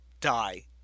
die